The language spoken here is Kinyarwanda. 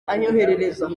anyoherereza